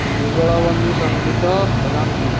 ଯୁଗଳବନ୍ଦୀ ସଙ୍ଗୀତ ବଜାନ୍ତୁ